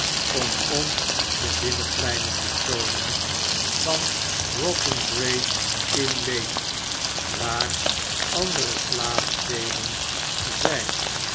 om ons debinnenpleinen te toonen van rotten gray's inn lane waar andere slaapsteden zyn